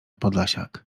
podlasiak